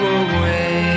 away